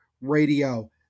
Radio